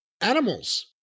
Animals